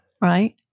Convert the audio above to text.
right